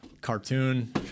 cartoon